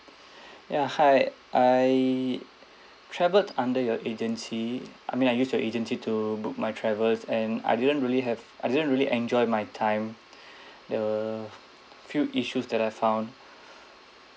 ya hi I travelled under your agency I mean I use your agency to book my travels and I didn't really have I didn't really enjoy my time the few issues that I found